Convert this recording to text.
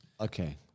Okay